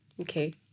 okay